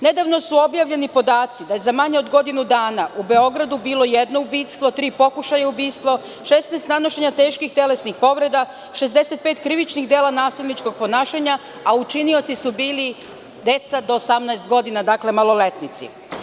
Nedavno su objavljeni podaci da je za manje od godinu dana u Beogradu bilo jedno ubistvo, tri pokušaja ubistva, 16 nanošenja teških telesnih povreda, 65 krivičnih dela nasilničkog ponašanja, a učinioci su bili deca do 18 godina, dakle, maloletnici.